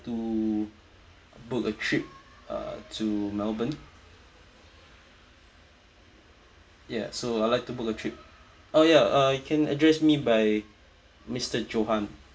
to book a trip uh to melbourne ya so I'd like to book a trip oh ya uh can address me by mister johan